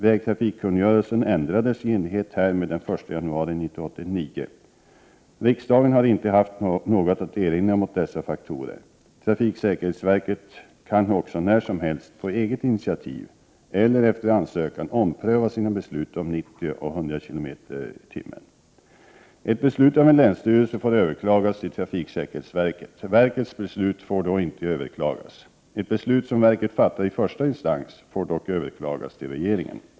Vägtrafikkungörelsen ändrades i enlighet härmed den 1 januari 1989. Riksdagen har inte haft något att erinra mot dessa faktorer. Trafiksäkerhetsverket kan också när som helst på eget initiativ eller efter ansökan ompröva sina beslut om 90 och 110 km/tim. Ett beslut av en länsstyrelse får överklagas till trafiksäkerhetsverket. Verkets beslut får inte överklagas. Ett beslut som verket fattar i första instans får dock överklagas till regeringen.